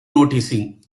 noticing